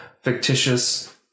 fictitious